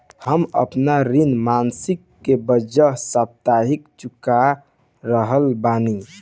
हम आपन ऋण मासिक के बजाय साप्ताहिक चुका रहल बानी